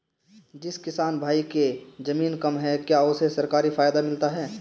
जिस किसान भाई के ज़मीन कम है क्या उसे सरकारी फायदा मिलता है?